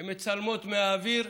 הן מצלמות מהאוויר,